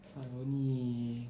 帅 only